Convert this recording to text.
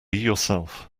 yourself